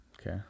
Okay